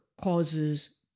causes